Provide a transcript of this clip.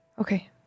Okay